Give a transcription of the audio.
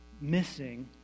missing